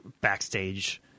backstage